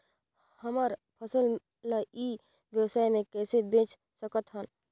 हमर फसल ल ई व्यवसाय मे कइसे बेच सकत हन?